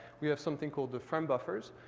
we have something called the frame buffers.